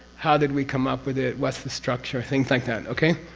how did we come up with it? what's the structure, things like that okay?